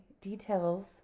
details